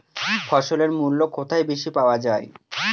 ফসলের মূল্য কোথায় বেশি পাওয়া যায়?